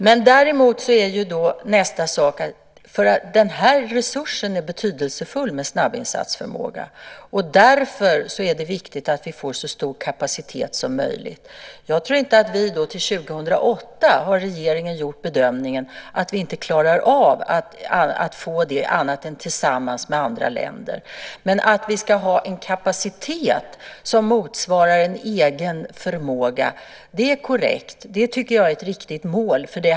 Resursen med snabbinsatsförmåga är betydelsefull, och därför är det viktigt att vi får så stor kapacitet som möjligt. Regeringen har gjort bedömningen att vi till 2008 inte klarar av att få det annat än tillsammans med andra länder. Men det är korrekt att vi ska ha en kapacitet som motsvarar en egen förmåga. Jag tycker att det är ett riktigt mål.